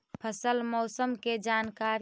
फसल मौसम के जानकारी?